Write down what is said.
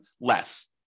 less